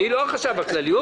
אני לא החשב הכללי.